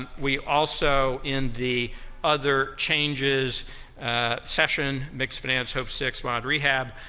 um we also in the other changes session, mixed finance, hope six, mod rehab,